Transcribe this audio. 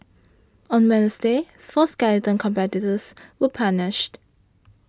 on Wednesday four skeleton competitors were punished